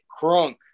crunk